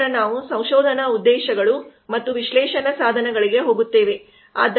ನಂತರ ನಾವು ಸಂಶೋಧನಾ ಉದ್ದೇಶಗಳು ಮತ್ತು ವಿಶ್ಲೇಷಣಾ ಸಾಧನಗಳಿಗೆ ಹೋಗುತ್ತೇವೆ